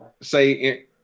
say